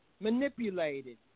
manipulated